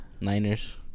Niners